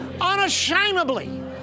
unashamedly